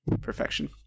perfection